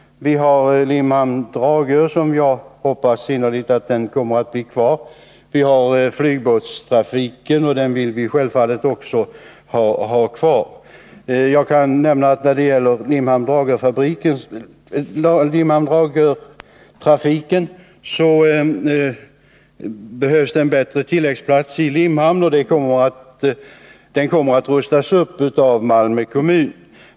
Vi har färjetrafiken mellan Limhamn och Dragör, som jag innerligt hoppas blir kvar. Vi har vidare flygbåtstrafiken, och den vill jag självfallet också ha kvar. För Limhamn-Dragör-trafiken behövs en bättre tilläggsplats i Limhamn, och den kommer att rustas upp av Malmö kommun.